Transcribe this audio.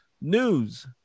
news